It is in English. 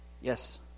Yes